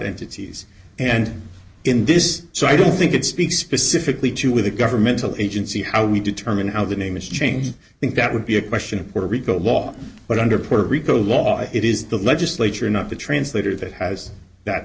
entities and in this so i don't think it speaks specifically to with a governmental agency how we determine how the name is changed i think that would be a question of puerto rico law but under puerto rico law it is the legislature not the translator that has that